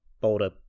boulder